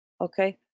Okay